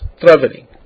traveling